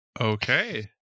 Okay